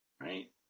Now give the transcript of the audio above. Right